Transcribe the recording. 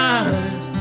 eyes